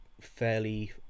fairly